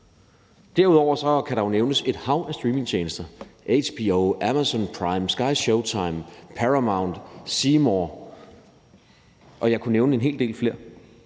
Derudover kan der jo nævnes et hav af streamingtjenester: HBO, Amazon Prime, SkyShowtime, Paramount+, C More, og jeg kunne nævne en hel del flere,